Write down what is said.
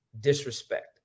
disrespect